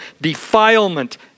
defilement